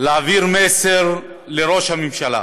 להעביר מסר לראש הממשלה.